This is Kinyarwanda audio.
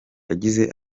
yagize